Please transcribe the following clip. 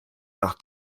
nach